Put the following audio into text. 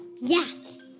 Yes